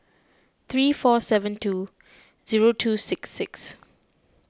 three four seven two zero two six six